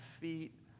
feet